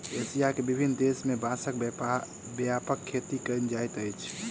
Asia के विभिन्न देश में बांसक व्यापक खेती कयल जाइत अछि